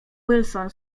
wilson